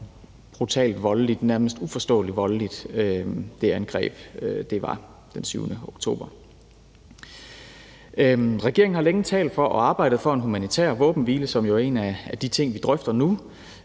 hvor brutalt voldeligt, nærmest uforståelig voldeligt, det angreb den 7. oktober var. Regeringen har længe talt for og arbejdet for en humanitær våbenhvile – som jo er en af de ting, vi drøfter nu